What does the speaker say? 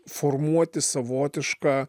formuoti savotišką